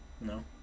No